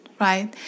right